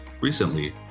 Recently